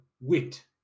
wit